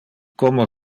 como